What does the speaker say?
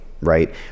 right